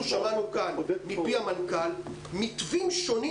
אנחנו שמענו פה מפי המנכ"ל מתווים שונים,